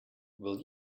will